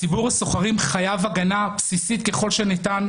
ציבור השוכרים חייב הגנה בסיסית ככל הניתן.